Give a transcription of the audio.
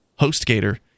hostgator